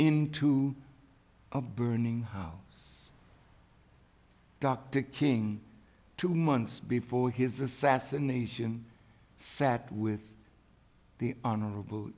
into a burning house dr king two months before his assassination sat with the honorable